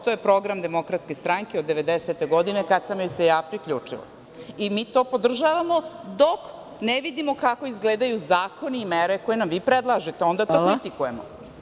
To je program DS od 1990. godine kada sam joj se ja priključila, i mi to podržavamo dok ne vidimo kako izgledaju zakoni i mere koje nam vi predlažete, onda to kritikujemo.